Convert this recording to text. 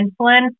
insulin